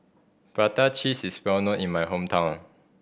prata cheese is well known in my hometown